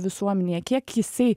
visuomenėje kiek jisai